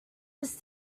this